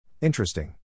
Interesting